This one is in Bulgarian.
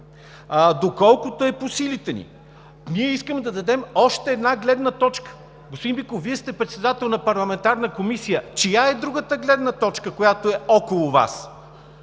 доколкото е по силите ни.“; „Ние искаме да дадем още една гледна точка.“ Господин Биков, Вие сте председател на парламентарна комисия, чия е другата гледна точка, която е около Вас?